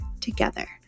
together